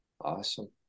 Awesome